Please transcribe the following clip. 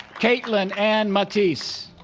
kaitlyn anne mattiace